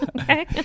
Okay